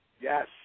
Yes